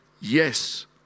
Yes